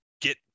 get